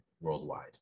worldwide